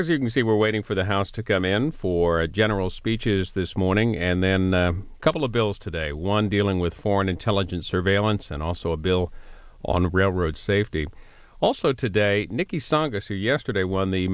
as you can see we're waiting for the house to come in for a general speeches this morning and then a couple of bills today one dealing with foreign intelligence surveillance and also a bill on railroad safety also today niki tsongas who yesterday won the